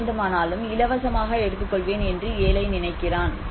என்ன வேண்டுமானாலும் இலவசமாக எடுத்துக்கொள்வேன் என்று ஏழை நினைக்கிறான்